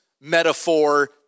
metaphor